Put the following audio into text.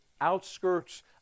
outskirts